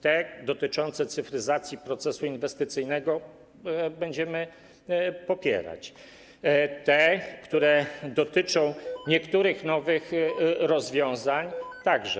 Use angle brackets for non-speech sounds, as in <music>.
Te dotyczące cyfryzacji procesu inwestycyjnego będziemy popierać, te, które dotyczą <noise> niektórych nowych rozwiązań - także.